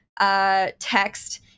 text